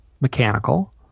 mechanical